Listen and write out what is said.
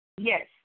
Yes